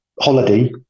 holiday